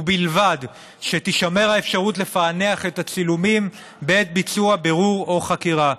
ובלבד שתישמר האפשרות לפענח את הצילומים בעת ביצוע בירור או חקירה.